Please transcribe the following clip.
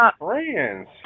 friends